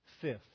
Fifth